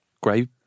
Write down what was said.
great